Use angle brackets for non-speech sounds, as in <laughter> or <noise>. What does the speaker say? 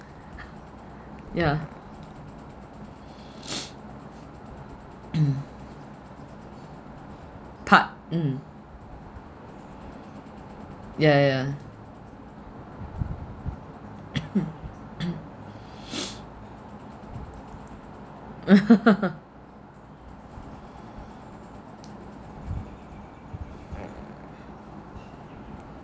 yeah <breath> <coughs> part mm ya ya ya <coughs> <breath> <laughs>